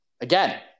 Again